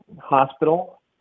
hospital